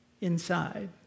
inside